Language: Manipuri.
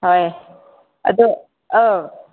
ꯍꯣꯏ ꯑꯗꯨ ꯑꯥꯎ